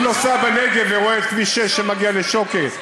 מי נוסע בנגב ורואה את כביש 6 שמגיע לשוקת?